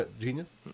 Genius